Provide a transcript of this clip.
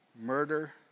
murder